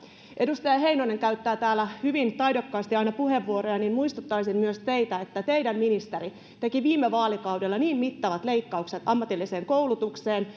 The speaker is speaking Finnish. edustaja heinonen käyttää täällä hyvin taidokkaasti aina puheenvuoroja niin muistuttaisin myös teitä että teidän ministeri teki viime vaalikaudella niin mittavat leikkaukset ammatilliseen koulutukseen